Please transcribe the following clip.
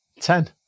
Ten